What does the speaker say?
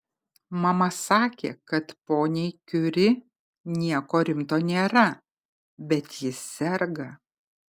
mama sakė kad poniai kiuri nieko rimto nėra bet ji serga